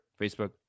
Facebook